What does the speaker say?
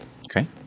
Okay